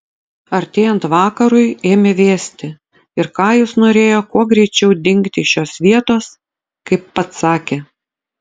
artėjant vakarui ėmė vėsti ir kajus norėjo kuo greičiau dingti iš šios vietos kaip pats sakė